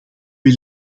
wij